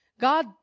God